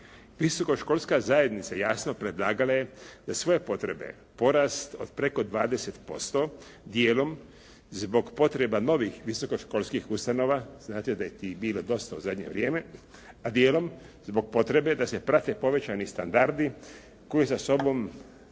Visokoškolska zajednica jasno predlagala je da svoje potrebe, porast od preko 20% dijelom zbog potreba novih visokoškolskih ustanova, znate da je tih bilo dosta u zadnje vrijeme, a dijelom zbog potrebe da se prate povećani standardi koji za sobom donosi